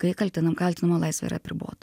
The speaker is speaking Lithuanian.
kai kaltinam kaltinamojo laisvė yra apribota